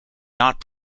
not